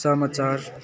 समाचार